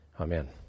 Amen